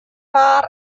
waar